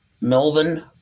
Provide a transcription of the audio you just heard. Melvin